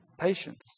patience